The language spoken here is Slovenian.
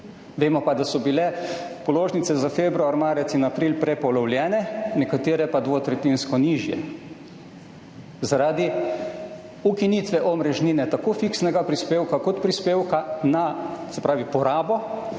Vemo pa, da so bile položnice za februar, marec in april prepolovljene, nekatere pa dvotretjinsko nižje zaradi ukinitve omrežnine, tako fiksnega prispevka kot prispevka na porabo